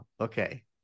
okay